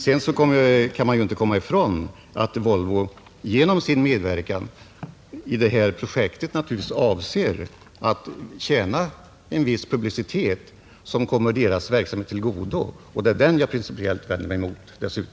Sedan kan man inte komma ifrån att Volvo genom sin medverkan i detta projekt avser att tjäna en viss publicitet, som kommer företagets verksamhet till godo. Detta vänder jag mig dessutom principiellt emot.